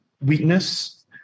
weakness